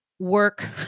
work